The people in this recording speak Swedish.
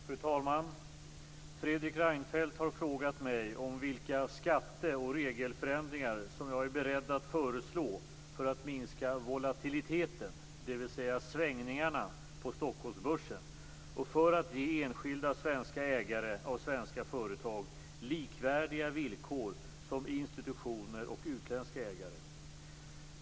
Fru talman! Fredrik Reinfeldt har frågat mig om vilka skatte och regelförändringar som jag är beredd att föreslå för att minska volatiliteten, dvs. svängningarna, på Stockholmsbörsen och för att ge enskilda svenska ägare av svenska företag likvärdiga villkor som institutioner och utländska ägare.